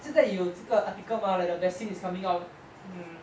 现在有这个 article mah like a vaccine is coming out mm